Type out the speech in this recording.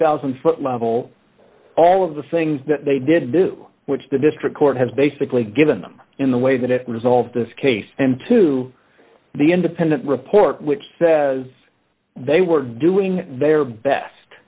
dollars foot level all of the things that they did do which the district court has basically given them in the way that it was all this case into the independent report which says they were doing their best